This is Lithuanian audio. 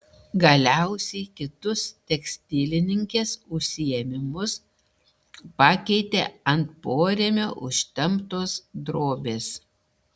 galiausiai kitus tekstilininkės užsiėmimus pakeitė ant porėmio užtemptos drobės